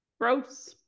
Gross